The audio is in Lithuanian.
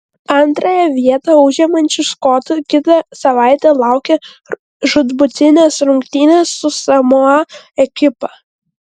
antrąją vietą užimančių škotų kitą savaitę laukią žūtbūtinės rungtynės su samoa ekipa